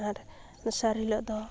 ᱟᱨ ᱫᱚᱥᱟᱨ ᱦᱤᱞᱚᱜ ᱫᱚ